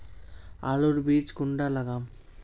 आलूर बीज कुंडा लगाम?